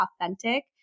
authentic